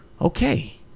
okay